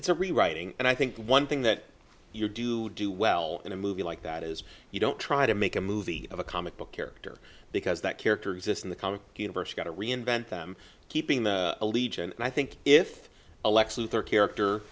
it's a rewriting and i think one thing that you do do well in a movie like that is you don't try to make a movie of a comic book character because that character exists in the comic universe got to reinvent them keeping the legion and i think if a lex luthor character